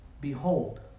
Behold